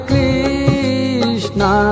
Krishna